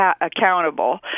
accountable